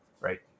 right